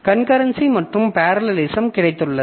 concurrency மற்றும் parallelism கிடைத்துள்ளது